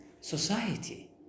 society